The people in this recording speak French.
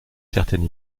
certaine